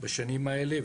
בשנים האלה,